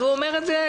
אז הוא אומר את זה,